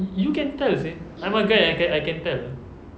you can tell seh I'm a guy I can I can tell